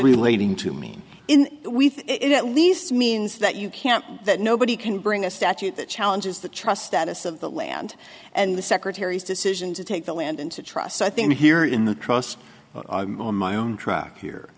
relating to mean in we think it at least means that you can't nobody can bring a statute that challenges the trust status of the land and the secretary's decision to take the land and to trust so i think here in the trust on my own track here